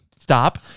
stop